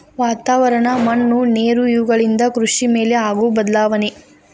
ವಾತಾವರಣ, ಮಣ್ಣು ನೇರು ಇವೆಲ್ಲವುಗಳಿಂದ ಕೃಷಿ ಮೇಲೆ ಆಗು ಬದಲಾವಣೆ